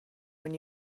when